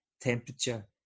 temperature